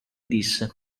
disse